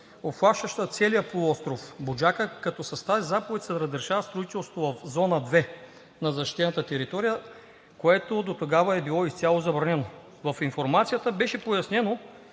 обхващаща целия полуостров „Буджака“, като с тази заповед се разрешава строителството в Зона 2 на защитената територия, което дотогава е било изцяло забранено. В информацията беше пояснено,